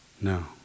No